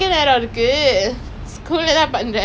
like boyfriend lah வேண்டாம்:vendam lah தேவையில்லை:thevaiyille